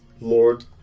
Lord